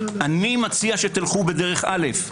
אני מציע שתלכו בדרך א'.